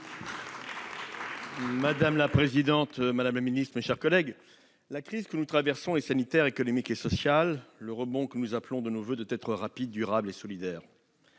Madame la présidente, madame la secrétaire d'État, mes chers collègues, la crise que nous traversons est sanitaire, économique et sociale. Le rebond que nous appelons de nos voeux doit être rapide, durable et solidaire.